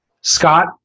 Scott